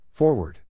Forward